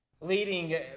leading